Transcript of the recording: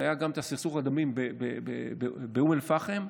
היה גם את סכסוך הדמים באום אל-פחם,